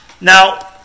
Now